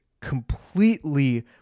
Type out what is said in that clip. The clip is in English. completely